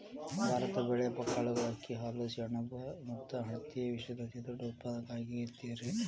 ಭಾರತ ಬೇಳೆ, ಕಾಳುಗಳು, ಅಕ್ಕಿ, ಹಾಲು, ಸೆಣಬ ಮತ್ತ ಹತ್ತಿಯ ವಿಶ್ವದ ಅತಿದೊಡ್ಡ ಉತ್ಪಾದಕ ಆಗೈತರಿ